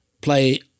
play